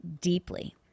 deeply